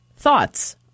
Thoughts